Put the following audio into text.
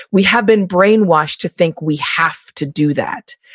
we have been brainwashed to think we have to do that.